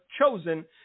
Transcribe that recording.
chosen